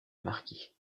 marquis